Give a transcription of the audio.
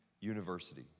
University